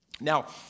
Now